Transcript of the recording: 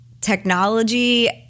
technology